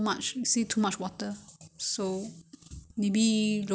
!huh! 你要什么汤 !huh! 要不要要不要喝汤